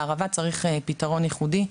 לערבה צריך פתרון ייחודי,